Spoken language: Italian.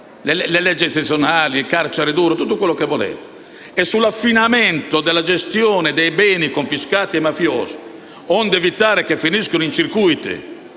le leggi eccezionali, il carcere duro, tutto quello che volete. Sull'affinamento della gestione dei beni confiscati ai mafiosi, onde evitare che finiscano in circuiti